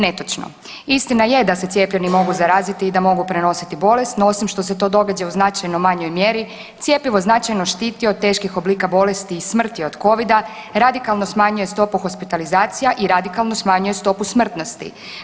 Netočno, istina je da se cijepljeni mogu zaraziti i da mogu prenositi bolest no osim što se to događa u značajno manjoj mjeri cjepivo značajno štiti od teškog oblika bolesti i smrti od covida, radikalno smanjuje stopu hospitalizacija i radikalno smanjuje stopu smrtnosti.